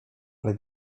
ale